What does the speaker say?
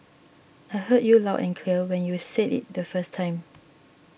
I heard you loud and clear when you said it the first time